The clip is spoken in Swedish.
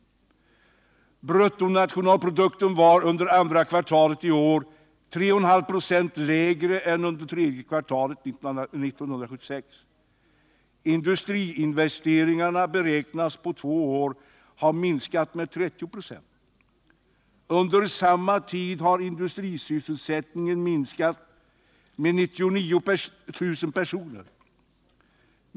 Bruttonationalprodukten var under andra kvartalet i år 3,5 26 lägre än under tredje kvartalet 1976. Industriinvesteringarna beräknas på två år ha minskat med 30 96. Under samma tid har industrisysselsättningen minskat med 99 000 personer.